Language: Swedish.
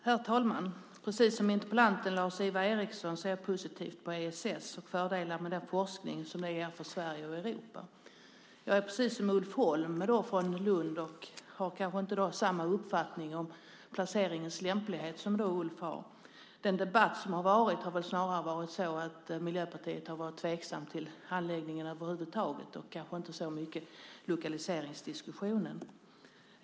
Herr talman! Precis som interpellanten Lars-Ivar Ericson ser jag positivt på ESS, och jag ser fördelar med den forskning som det ger för Sverige och Europa. Jag är precis som Ulf Holm från Lund, och jag har kanske inte samma uppfattning om placeringens lämplighet som Ulf har. I den debatt som har varit har väl Miljöpartiet snarare varit tveksamt till anläggningen över huvud taget, och det har kanske inte handlat så mycket om lokaliseringsdiskussionen.